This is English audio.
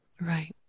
right